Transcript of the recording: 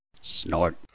Snort